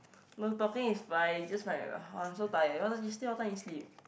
no talking is fine just like !ugh! I'm so tired yesterday yesterday what time you sleep